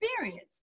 experience